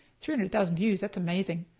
three hundred thousand views, that's amazing.